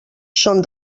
són